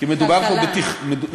כי מדובר פה בתכנון.